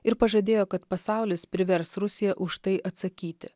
ir pažadėjo kad pasaulis privers rusiją už tai atsakyti